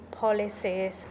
policies